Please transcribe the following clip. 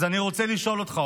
אז אני רוצה לשאול אותך,